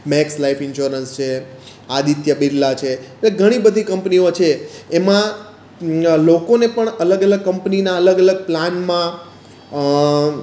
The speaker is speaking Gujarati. મેક્ષ લાઈફ ઇન્સ્યોરન્સ છે આદિત્ય બિરલા છે એ ઘણી બધી કંપનીઓ છે એમાં લોકોને પણ અલગ અલગ કંપનીનાં અલગ અલગ પ્લાનમાં